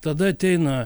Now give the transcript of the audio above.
tada ateina